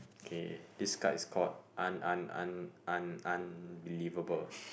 okay this card is called un~ un~ un~ unbelievable